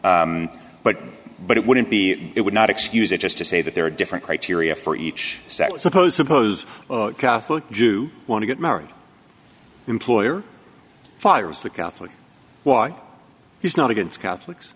but but it wouldn't be it would not excuse it just to say that there are different criteria for each sex suppose suppose catholic do want to get married employer fires the catholics why he's not against catholics